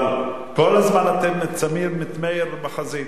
אבל כל הזמן אתם שמים את מאיר בחזית.